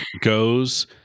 goes